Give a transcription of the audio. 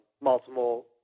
multiple